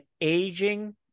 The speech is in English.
aging